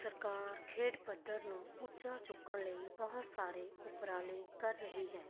ਸਰਕਾਰ ਖੇਡ ਪੱਧਰ ਨੂੰ ਉੱਚਾ ਚੁੱਕਣ ਲਈ ਬਹੁਤ ਸਾਰੇ ਉਪਰਾਲੇ ਕਰ ਰਹੀ ਹੈ